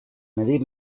medir